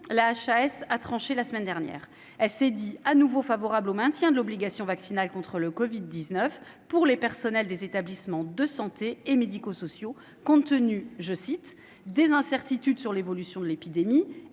la HAS a tranché la semaine dernière. Elle s'est déclarée de nouveau favorable au maintien de l'obligation vaccinale contre le covid-19 pour les personnels des établissements de santé et médico-sociaux, compte tenu des « incertitudes sur l'évolution de l'épidémie »